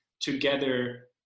together